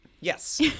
Yes